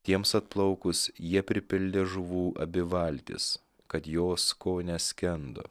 tiems atplaukus jie pripildė žuvų abi valtis kad jos kone skendo